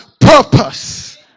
purpose